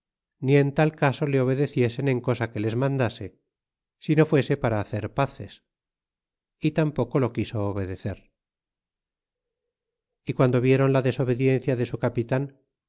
ni en tal caso le obedeciesen en cosa que les mandase si no fuese para hacer paces y tampoco lo quiso obedecer y guando vieron la desobediencia de su capitan